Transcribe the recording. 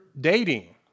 dating